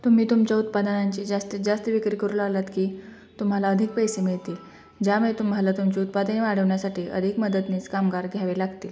तुम्ही तुमच्या उत्पादनांची जास्तीत जास्त विक्री करू लागलात की तुम्हाला अधिक पैसे मिळतील ज्यामुळे तुम्हाला तुमची उत्पादने वाढवण्यासाठी अधिक मदतनीस कामावर घ्यावे लागतील